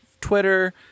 twitter